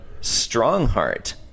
Strongheart